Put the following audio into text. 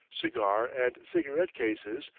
cigar and cigarette-cases,